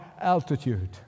altitude